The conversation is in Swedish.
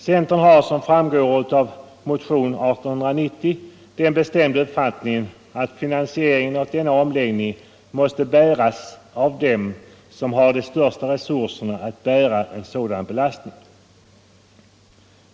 Centern har, som framgår av motionen 1890, den bestämda uppfattningen att finansieringen av denna omläggning måste bäras av dem som har de största resurserna att bära en sådan belastning.